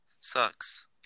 Sucks